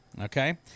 okay